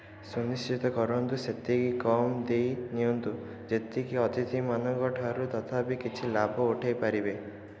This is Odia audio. ସୁନିଶ୍ଚିତ କରନ୍ତୁ ସେତିକି କମ୍ ଦେଇ ନିଅନ୍ତୁ ଯେତିକିରେ ଅତିଥିମାନଙ୍କ ଠାରୁ ତଥାପି କିଛି ଲାଭ ଉଠାଇପାରିବେ